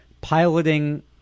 piloting